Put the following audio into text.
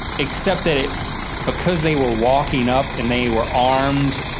except that it because they were walking up and they were armed,